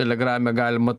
telegrame galima